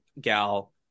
gal